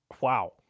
wow